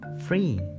free